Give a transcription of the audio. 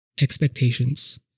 expectations